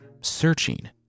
searching